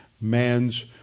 man's